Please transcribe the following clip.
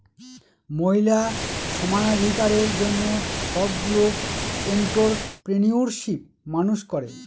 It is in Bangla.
মহিলা সমানাধিকারের জন্য সবগুলো এন্ট্ররপ্রেনিউরশিপ মানুষ করে